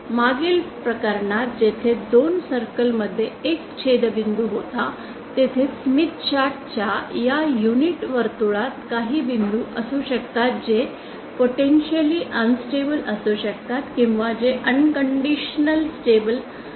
मागील प्रकरणात जेथे दोन सर्कल मध्ये एक छेदनबिंदू होता तेथे स्मिथ चार्ट च्या या युनिट वर्तुळात काही बिंदू असू शकतात जे पोटेंशिअलि अनन्स्टेबल असू शकतात किंवा जे अनकंडिशनल स्टेबल असू शकतात